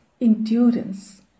endurance